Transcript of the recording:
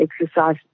exercise